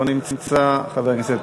לא נמצא,